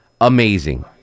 amazing